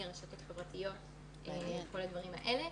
וברשתות חברתיות ובכל הדברים האלה.